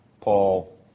Paul